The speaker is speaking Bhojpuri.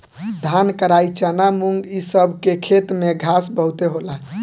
धान, कराई, चना, मुंग इ सब के खेत में घास बहुते होला